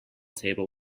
table